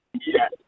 Yes